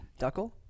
Duckle